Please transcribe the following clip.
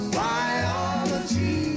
biology